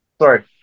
Sorry